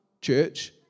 church